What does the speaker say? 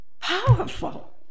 Powerful